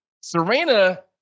Serena